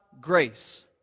grace